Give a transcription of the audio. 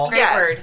yes